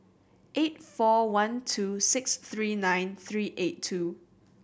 eight four one two six three nine three eight two